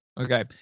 Okay